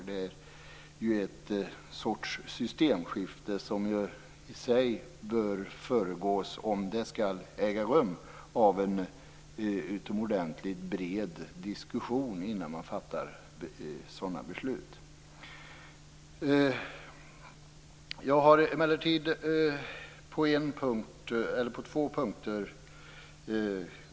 Det är en sorts systemskifte som, om det skall äga rum, bör föregås av en utomordentligt bred diskussion innan man fattar beslut. Jag har emellertid reserverat mig på två punkter.